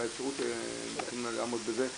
באפשרות שנותנים לעמוד בזה,